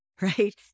right